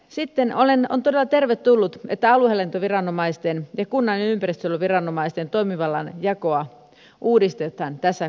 sitten on todella tervetullutta että aluehallintoviranomaisten ja kunnan ympäristönsuojeluviranomaisten toimivallan jakoa uudistetaan tässä kokonaisuudessa